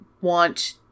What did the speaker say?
want